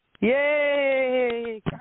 yay